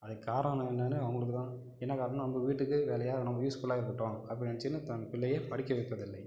அதுக்கு காரணம் என்னானு அவங்களுக்குதான் என்ன காரணம் அந்த வீட்டுக்கு வேலையாக நம்ப யூஸ்ஃபுல்லாக இருக்கட்டும் அப்படினு நினைச்சினு தன் பிள்ளையை படிக்க வைப்பதில்லை